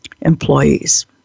employees